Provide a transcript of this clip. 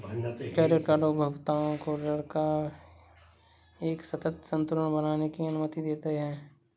credit card उपभोक्ताओं को ऋण का एक सतत संतुलन बनाने की अनुमति देते हैं